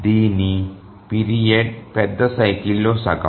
దీని పీరియడ్ పెద్ద సైకిల్ లో సగం